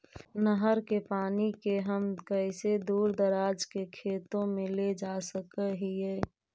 नहर के पानी के हम कैसे दुर दराज के खेतों में ले जा सक हिय?